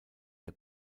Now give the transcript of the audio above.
der